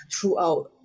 throughout